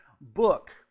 book